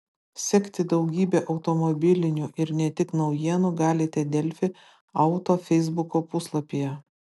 sekti daugybę automobilinių ir ne tik naujienų galite delfi auto feisbuko puslapyje